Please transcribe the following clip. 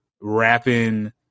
rapping